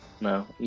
No